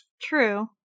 true